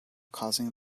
causing